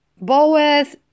Boeth